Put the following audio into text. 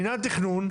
מינהל התכנון,